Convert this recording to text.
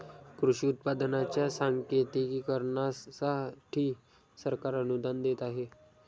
कृषी उत्पादनांच्या सांकेतिकीकरणासाठी सरकार अनुदान देत आहे